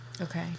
Okay